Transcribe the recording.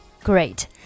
Great